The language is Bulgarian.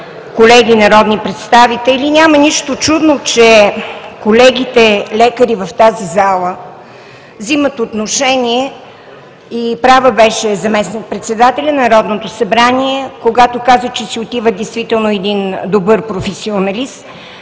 колеги народни представители! Няма нищо чудно, че колегите лекари в тази зала вземат отношение. Права беше заместник-председателят на Народното събрание, когато каза, че си отива един добър професионалист,